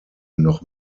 noch